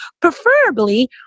preferably